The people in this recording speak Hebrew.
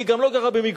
היא גם לא גרה במגרון.